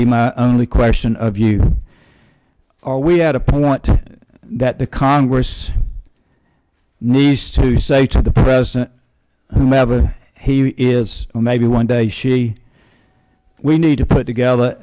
be my only question of you are we at a point that the congress needs to say to the president whomever he is maybe one day see we need to put together